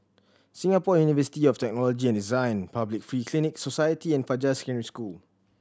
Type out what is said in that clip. Singapore University of Technology and Design Public Free Clinic Society and Fajar Secondary School